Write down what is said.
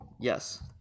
Yes